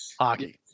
hockey